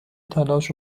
تلاش